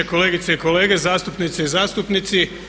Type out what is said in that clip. Kolegice i kolege, zastupnice i zastupnici.